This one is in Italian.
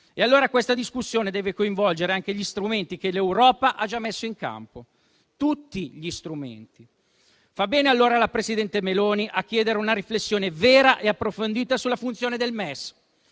presente. Questa discussione deve coinvolgere anche gli strumenti che l'Europa ha già messo in campo, tutti gli strumenti. Fa bene allora la presidente Meloni a chiedere una riflessione vera e approfondita sulla funzione del